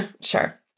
Sure